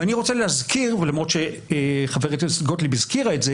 ואני רוצה להזכיר למרות שחברת הכנסת גוטליב הזכירה את זה